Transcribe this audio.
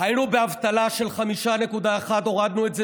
היינו באבטלה של 5.1% הורדנו את זה